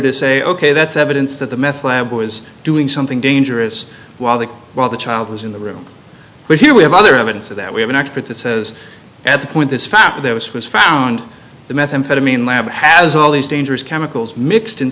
to say ok that's evidence that the meth lab was doing something dangerous while they while the child was in the room but here we have other evidence of that we have an expert to says at the point this fact there was was found the methamphetamine lab has all these dangerous chemicals mixed in